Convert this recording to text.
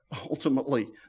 Ultimately